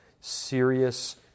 serious